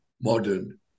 modern